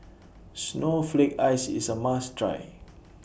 Snowflake Ice IS A must Try